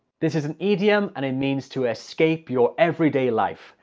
this is an idiom and it means to escape your everyday life,